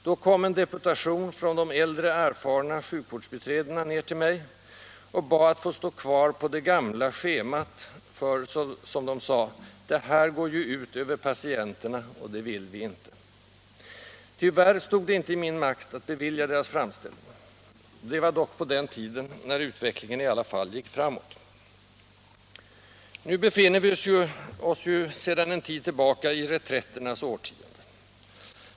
Då kom en deputation från de äldre erfarna sjukvårdsbiträdena ned till mig och bad att få stå kvar på det gamla schemat — ”för det här går ju ut över patienterna, och det vill vi inte”. Tyvärr stod det inte i min makt att bevilja deras framställning. Detta var dock på den tiden, när utvecklingen i alla fall gick framåt. Nu befinner vi oss ju sedan en tid tillbaka i reträtternas årtionde.